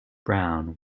brown